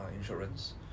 insurance